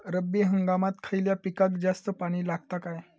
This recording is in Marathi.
रब्बी हंगामात खयल्या पिकाक जास्त पाणी लागता काय?